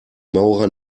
maurer